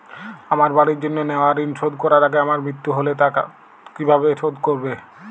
আমার বাড়ির জন্য নেওয়া ঋণ শোধ করার আগে আমার মৃত্যু হলে তা কে কিভাবে শোধ করবে?